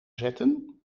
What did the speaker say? zetten